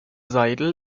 seidel